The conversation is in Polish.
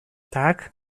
tak